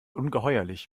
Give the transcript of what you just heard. ungeheuerlich